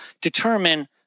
determine